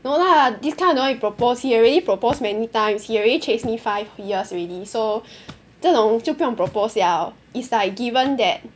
no lah this kind no need propose he already proposed many times he already chase me five years already so 这种就不用 propose liao it's like given that